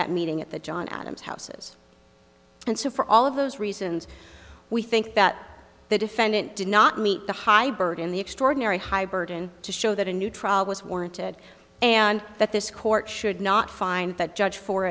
that meeting at the john adams houses and so for all of those reasons we think that the defendant did not meet the high burden the extraordinary high burden to show that a new trial was warranted and that this court should not find that judge